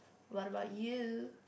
what about you